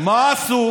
מה עשו?